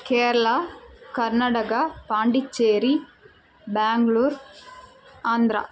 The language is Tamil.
கேரளா கர்நாடகா பாண்டிச்சேரி பேங்களூர் ஆந்திரா